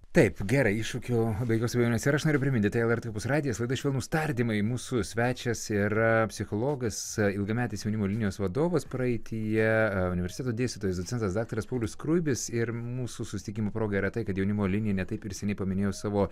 taip gerai iššūkių be jokios abejonės ir aš noriu priminti tai lrt opus radijo laida švelnūs tardymai mūsų svečias yra psichologas ilgametis jaunimo linijos vadovas praeityje universiteto dėstytojas docentas daktaras paulius skruibis ir mūsų susitikimo proga yra tai kad jaunimo linija ne taip ir seniai paminėjo savo